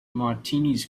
martinis